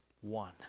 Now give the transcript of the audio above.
one